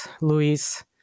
Luis